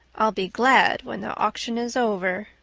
i'll be glad when the auction is over,